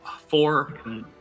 four